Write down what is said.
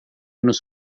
nos